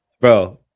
bro